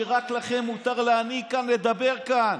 אתם מאמינים שרק לכם מותר להנהיג כאן, לדבר כאן.